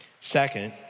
Second